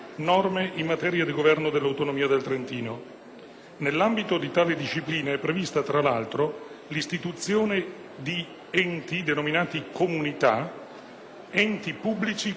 Nell'ambito di tale disciplina, è prevista, tra l'altro, l'istituzione di enti pubblici, denominati comunità, costituiti dai Comuni appartenenti al medesimo territorio